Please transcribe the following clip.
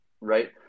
right